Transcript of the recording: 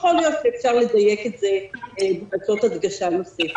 יכול להיות שאפשר לדייק את זה ולעשות הדגשה נוספת.